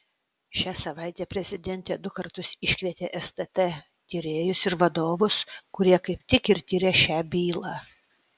šią savaitę prezidentė du kartus iškvietė stt tyrėjus ir vadovus kurie kaip tik ir tirią šią bylą